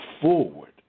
forward